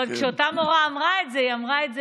אבל כשאותה מורה אמרה את זה היא אמרה את זה